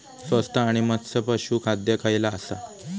स्वस्त आणि मस्त पशू खाद्य खयला आसा?